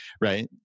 right